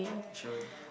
sure